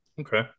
Okay